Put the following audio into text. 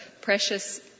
precious